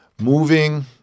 moving